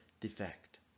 defect